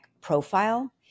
profile